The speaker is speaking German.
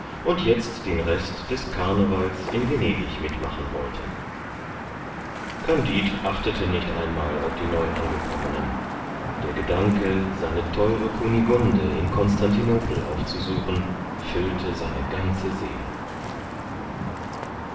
und die jetzt den rest des carnevals in venedig mitmachen wollten kandid achtete nicht einmal auf die neuangekommenen der gedanke seine theure kunigunde in konstantinopel aufzusuchen füllte seine ganze seele